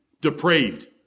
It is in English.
Depraved